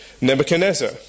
Nebuchadnezzar